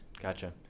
Gotcha